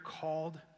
called